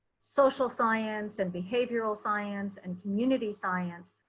social science and behavioral science, and community science,